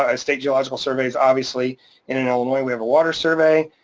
ah state geological surveys obviously, and in illinois we have a water survey,